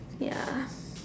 ya